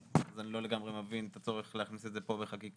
אני לא לגמרי מבין את הצורך להכניס את זה פה בחקיקה.